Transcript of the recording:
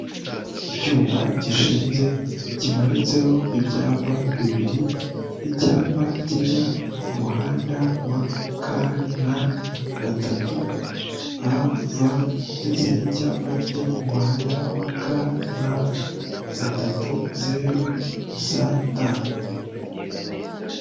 Icyuma gishinze kimanitseho ibyapa bibiri icyapa kijya ku muhanda wa KN 3 AV ndetse n'icyapa kijya ku muhanda wa KN 30 ST.